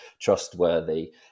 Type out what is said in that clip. trustworthy